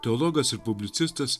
teologas ir publicistas